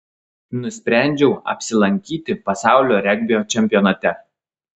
nusprendžiau apsilankyti pasaulio regbio čempionate